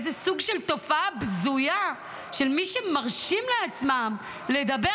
איזה סוג של תופעה בזויה של מי שמרשים לעצמם לדבר